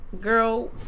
girl